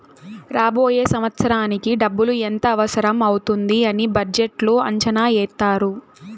రాబోయే సంవత్సరానికి డబ్బులు ఎంత అవసరం అవుతాది అని బడ్జెట్లో అంచనా ఏత్తారు